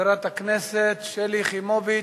חברת הכנסת שלי יחימוביץ,